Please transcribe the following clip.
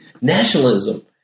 nationalism